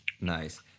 Nice